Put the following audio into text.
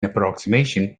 approximation